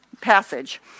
passage